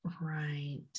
right